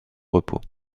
repos